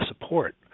support